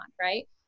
right